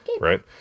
right